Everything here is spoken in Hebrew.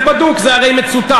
זה בדוק, זה הרי מצוטט.